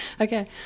Okay